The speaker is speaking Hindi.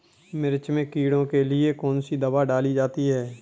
मिर्च में कीड़ों के लिए कौनसी दावा डाली जाती है?